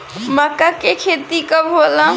माका के खेती कब होला?